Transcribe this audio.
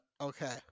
okay